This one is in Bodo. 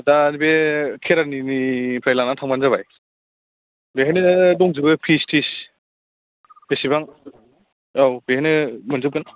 दा बे खेरानिनिफ्राय लाना थांबानो जाबाय बेहायनो दंजोबो पिस थिस बेसेबां औ बेहायनो मोनजोबगोन